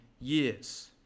years